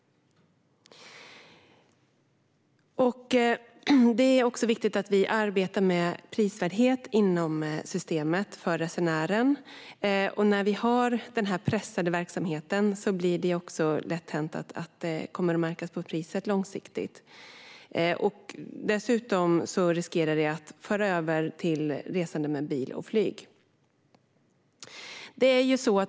Det är också viktigt att vi arbetar med prisvärdhet inom systemet för resenären. När vi har den här pressade verksamheten blir det också lätt hänt att det långsiktigt sett märks på priset. Dessutom riskerar det att föra över fler resor till bil och flyg.